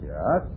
Yes